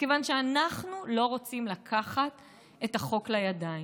מכיוון שאנחנו לא רוצים לקחת את החוק לידיים.